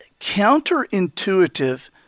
counterintuitive